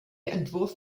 entwurf